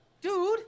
dude